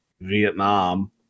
Vietnam